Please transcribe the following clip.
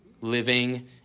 living